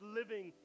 living